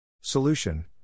Solution